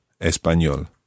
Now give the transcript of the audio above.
español